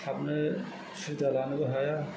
हाबनो सुबिदा लानोबो हाया